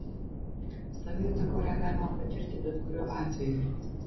savijauta kurią galima patirti bet kuriuo atveju